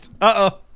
Uh-oh